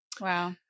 Wow